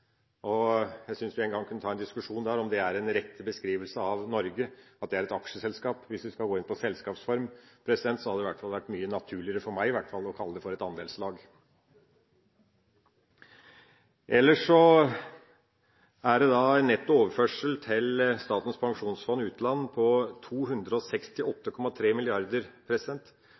lede. Jeg synes vi en gang kunne ta en diskusjon rundt det, om det er den rette beskrivelsen av Norge at det er et aksjeselskap. Hvis vi skal gå inn på selskapsform, hadde det vært mye mer naturlig for meg i hvert fall å kalle det for et andelslag. Netto overførsel til Statens pensjonsfond utland er på 268,3